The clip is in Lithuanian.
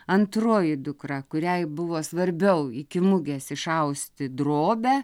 antroji dukra kuriai buvo svarbiau iki mugės išausti drobę